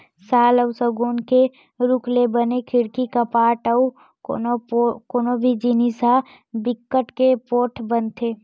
साल अउ सउगौन के रूख ले बने खिड़की, कपाट अउ कोनो भी जिनिस ह बिकट के पोठ बनथे